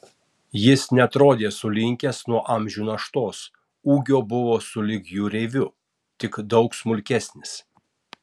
jis neatrodė sulinkęs nuo amžių naštos ūgio buvo sulig jūreiviu tik daug smulkesnis